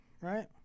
right